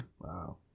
Wow